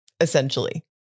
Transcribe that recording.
essentially